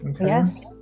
Yes